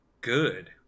good